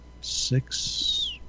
six